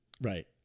Right